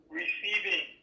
receiving